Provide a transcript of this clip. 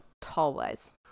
tall-wise